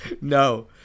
No